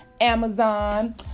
Amazon